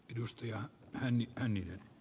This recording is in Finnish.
edustaja onnittelin